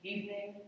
Evening